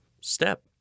step